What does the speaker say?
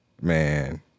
Man